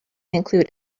include